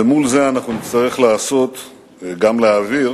ומול זה אנחנו נצטרך לעשות וגם להעביר